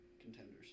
contenders